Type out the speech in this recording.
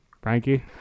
Frankie